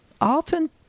often